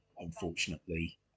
Unfortunately